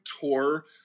tour